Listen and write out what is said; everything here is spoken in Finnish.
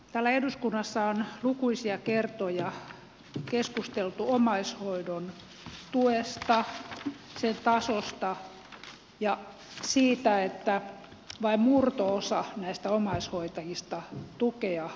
täällä eduskunnassa on lukuisia kertoja keskusteltu omaishoidon tuesta sen tasosta ja siitä että vain murto osa näistä omaishoitajista tukea saa